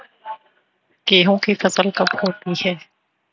गेहूँ की फसल कब होती है?